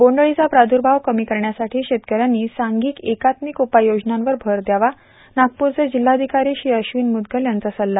बोंडअळीचा प्राद्रर्भाव कमी करण्यासाठी शेतकऱ्यांनी सांधिक एकात्मिक उपाययोजनांवर भर द्यावा नागपूरचे जिल्हाधिकारी श्री अश्विन मुदगल यांचा सल्ला